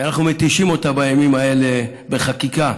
שאנחנו מתישים אותה בימים האלה בחקיקה,